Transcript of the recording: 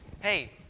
hey